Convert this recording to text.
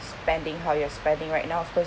spending how you're spending right now of course